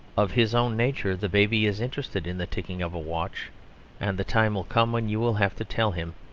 of his own nature the baby is interested in the ticking of a watch and the time will come when you will have to tell him,